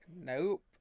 Nope